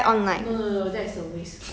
uh